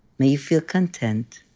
may you feel content.